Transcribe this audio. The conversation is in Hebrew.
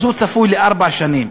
אז הוא צפוי לארבע שנים.